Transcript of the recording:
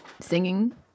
Singing